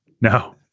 No